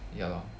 ya lor